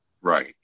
right